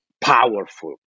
powerful